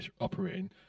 operating